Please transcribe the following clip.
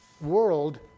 world